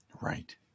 Right